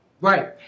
Right